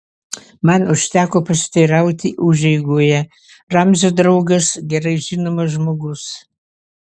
man užteko pasiteirauti užeigoje ramzio draugas gerai žinomas žmogus